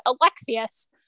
Alexius